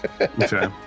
Okay